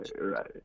right